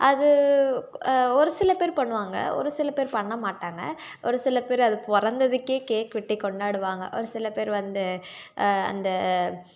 அது ஒரு சில பேர் பண்ணுவாங்க ஒரு சில பேர் பண்ண மாட்டாங்க ஒரு சில பேர் அது பிறந்ததிக்கே கேக் வெட்டி கொண்டாடுவாங்க ஒரு சில பேர் வந்து அந்த